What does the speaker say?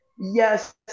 Yes